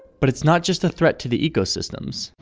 but it's not just a threat to the ecosystems.